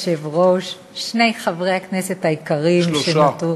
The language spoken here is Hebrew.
אדוני היושב-ראש, שני חברי הכנסת היקרים, שלושה.